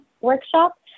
workshop